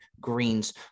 Greens